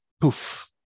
poof